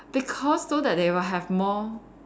because so that they will have more